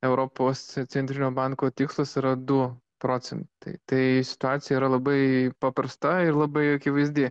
europos centrinio banko tikslas yra du procentai tai situacija yra labai paprasta ir labai akivaizdi